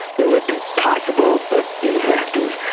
they would be possible but ineffective.